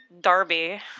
Darby